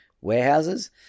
warehouses